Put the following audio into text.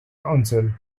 council